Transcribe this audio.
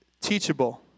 Teachable